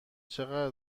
چقدر